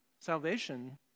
salvation